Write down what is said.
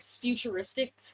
futuristic